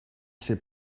ces